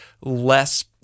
less